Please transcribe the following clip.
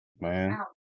Man